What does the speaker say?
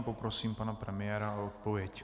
Poprosím pana premiéra o odpověď.